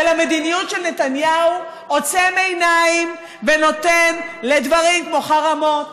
המדיניות של נתניהו עוצם עיניים ונותן לדברים כמו חרמות,